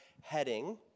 heading